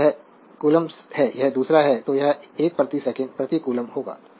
तो यह कोलोम्बस है यह दूसरा है तो यह 1 प्रति सेकंड प्रति कोलोम्बस होगा